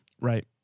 Right